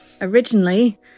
Originally